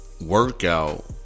workout